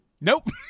Nope